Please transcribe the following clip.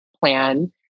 plan